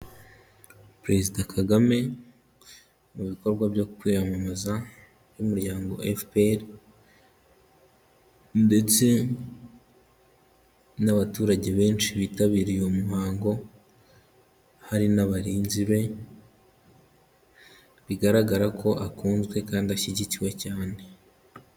Perezida Kagame mu bikorwa byo kwiyamamaza by'umuryango FPR ndetse n'abaturage benshi bitabiriye uwo muhango, hari n'abarinzi be bigaragara ko akunzwe kandi ashyigikiwe cyane.